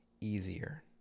easier